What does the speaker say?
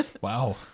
Wow